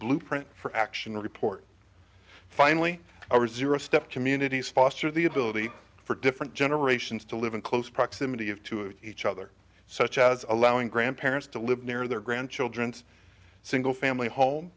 blueprint for action report finally i was zero step communities foster the ability for different generations to live in close proximity of to each other such as allowing grandparents to live near their grandchildren's single family home